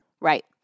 Right